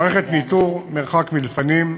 מערכת ניטור מרחק מלפנים,